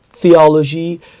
theology